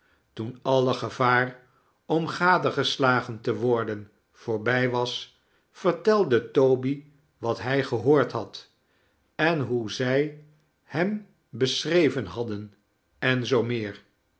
toen alle gevaar om gadegeslagen te wordea voorbij was vertelde toby wat hij gehoord had en hoe zij hem beschreven hadden en zoo meer